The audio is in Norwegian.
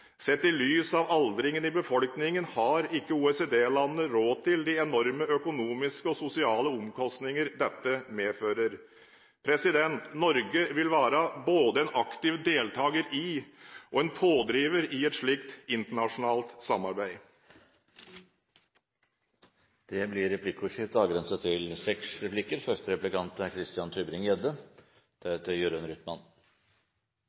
Sett i lys av aldringen i befolkningen har ikke OECD-landene råd til de enorme og sosiale omkostninger dette vil medføre. Norge vil være både en aktiv deltaker og en aktiv pådriver i et slikt internasjonalt samarbeid. Det blir replikkordskifte. Det er hyggelig at finansministeren deltar. Fremskrittspartiet inviterte finansministeren til